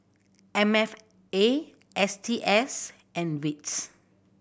M F A S T S and wits